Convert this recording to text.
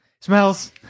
Smells